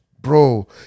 Bro